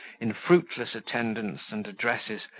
in fruitless attendance and addresses,